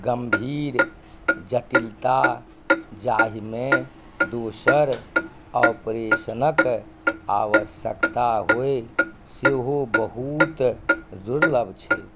गम्भीर जटिलता जाहिमे दोसर ऑपरेशनक आवश्यकता होय सेहो बहुत दुर्लभ छै